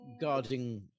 Guarding